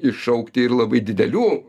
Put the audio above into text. iššaukti ir labai didelių